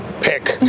pick